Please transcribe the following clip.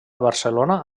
barcelona